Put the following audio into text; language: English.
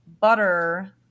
butter